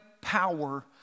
power